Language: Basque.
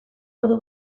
ordu